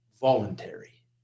voluntary